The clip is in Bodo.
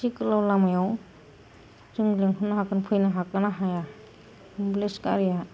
बेसे गोलाव लामायाव जों लिंहरनो हागोन फैनो हागोन ना हाया एम्बुलेन्स गारिआ